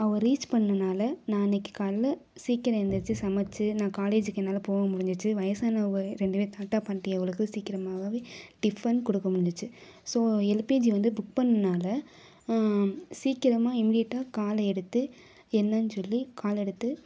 அவங்க ரீச் பண்ணதுனால நான் இன்னைக்கி காலையில் சீக்கிரம் எழுந்திரிச்சி சமைச்சி நான் காலேஜிக்கு என்னால் போக முடிஞ்சுடுச்சி வயசானவங்க ரெண்டு பேர் தாத்தா பாட்டி அவங்களுக்கு சீக்கிரமாகவே டிஃபன் கொடுக்க முடிஞ்சுடுச்சி ஸோ எல்பிஜி வந்து புக் பண்ணதுனால சீக்கிரமாக இம்மிடியட்டாக காலை எடுத்து என்னென்னு சொல்லி கால் எடுத்து